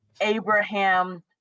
Abraham